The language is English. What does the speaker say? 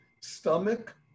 Stomach